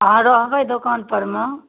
अहाँ रहबै दोकानपर मे